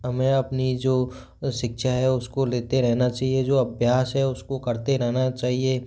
हमें अपनी जो शिक्षा है उसको लेते रहना चाहिए जो अभ्यास है उसको करते रहना चाहिए